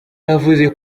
yavuze